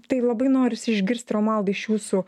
tai labai norisi išgirst romualda iš jūsų